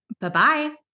Bye-bye